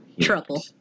Trouble